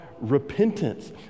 repentance